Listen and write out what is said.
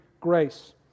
grace